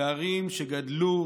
פערים שגדלו,